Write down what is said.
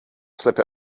slip